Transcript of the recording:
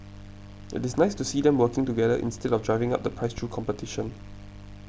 it is nice to see them working together instead of driving up the price through competition